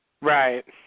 Right